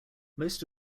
most